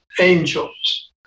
angels